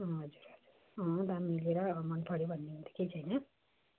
हजुर हजुर दाम मिलेर अब मनपर्यो भने त ठिकै छ होइन